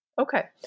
Okay